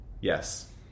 yes